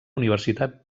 universitat